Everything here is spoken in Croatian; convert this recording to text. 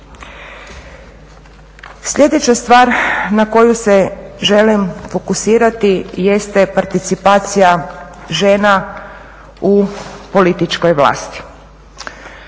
Sljedeća stvar na koju se želim fokusirati jeste participacija žena u političkoj vlasti.